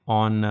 on